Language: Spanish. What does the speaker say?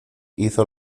hizo